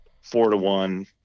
four-to-one